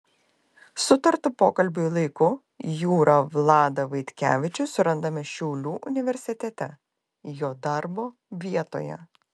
sutartu pokalbiui laiku jūrą vladą vaitkevičių surandame šiaulių universitete jo darbo vietoje